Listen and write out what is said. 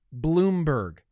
Bloomberg